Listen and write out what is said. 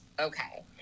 Okay